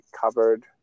covered